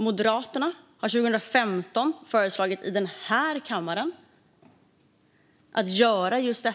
Moderaterna föreslog 2015 i den här kammaren att just det här